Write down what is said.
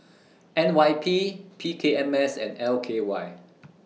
N Y P P K M S and L K Y